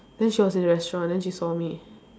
then she was in the restaurant then she saw me